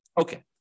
Okay